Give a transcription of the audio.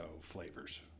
flavors